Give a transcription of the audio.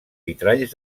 vitralls